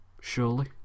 Surely